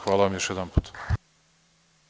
Hvala vam još jednom.